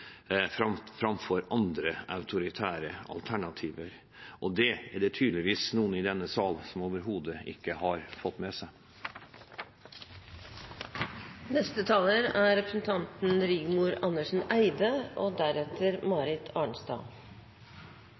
framfor andre, autoritære alternativer. Det er det tydeligvis noen i denne sal som overhodet ikke har fått med